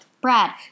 Brad